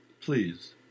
Please